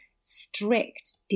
strict